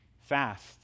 fast